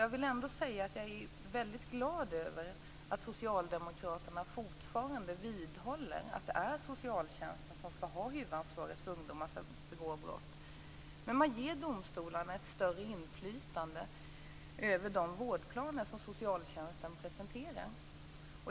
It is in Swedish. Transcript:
Jag måste säga att jag är väldigt glad över att socialdemokraterna vidhåller att det är socialtjänsten som skall ha huvudansvaret för ungdomar som begår brott men man ger domstolarna ett större inflytande över de vårdplaner som socialtjänsten presenterar.